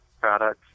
products